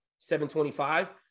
725